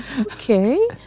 Okay